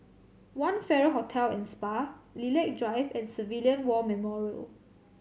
One Farrer Hotel and Spa Lilac Drive and Civilian War Memorial